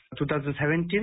2017